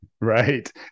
Right